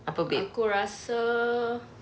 aku rasa